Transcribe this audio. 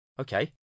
okay